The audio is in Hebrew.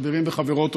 חברים וחברות,